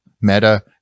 meta